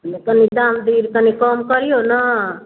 पहिले कनि दाम दीर कनि कम करिऔ ने